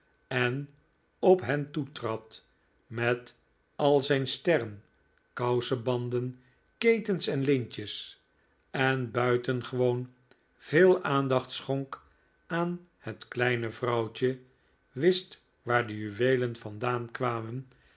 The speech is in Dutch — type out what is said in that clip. en op hen toetrad met al zijn sterren kousebanden ketens en lintjes en buitengewoon veel aandacht schonk aan het kleine vrouwtje wist waar de juweelen vandaan kwamen